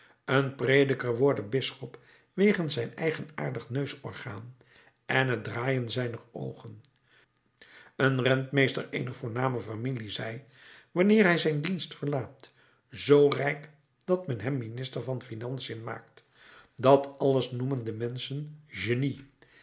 een prediker worde bisschop wegens zijn eigenaardig neusorgaan en het draaien zijner oogen een rentmeester eener voorname familie zij wanneer hij zijn dienst verlaat zoo rijk dat men hem minister van financiën maakt dat alles noemen de menschen genie